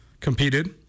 Competed